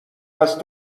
است